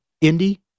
Indy